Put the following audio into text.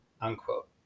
unquote